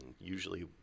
usually